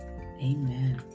Amen